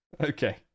Okay